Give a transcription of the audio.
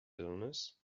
illnesses